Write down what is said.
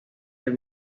del